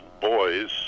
boys